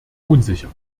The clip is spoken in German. unsicher